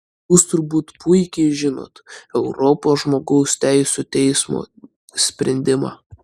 jūs turbūt puikiai žinot europos žmogaus teisių teismo sprendimą